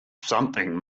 something